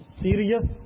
serious